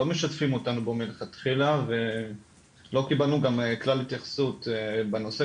לא משתפים אותנו בו מלכתחילה ולא קיבלנו גם כלל התייחסות בנושא,